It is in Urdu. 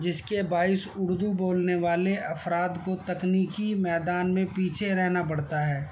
جس کے باعث اردو بولنے والے افراد کو تکنیکی میدان میں پیچھے رہنا پڑتا ہے